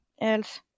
else